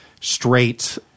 straight